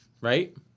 Right